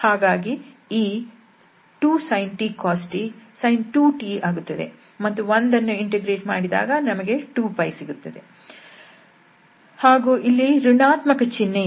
ಹಾಗಾಗಿ ಈ 2sin t cos t sin 2t ಆಗುತ್ತದೆ ಮತ್ತು 1 ಅನ್ನು ಇಂಟಿಗ್ರೇಟ್ ಮಾಡಿದಾಗ ನಮಗೆ 2 ಸಿಗುತ್ತದೆ ಮತ್ತು ಇಲ್ಲಿ ಋಣಾತ್ಮಕ ಚಿಹ್ನೆ ಇದೆ